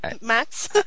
Max